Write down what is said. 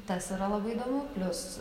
tas yra labai įdomu plius